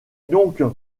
donc